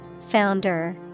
Founder